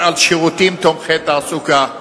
דיברת על שירותים תומכי תעסוקה,